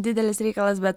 didelis reikalas bet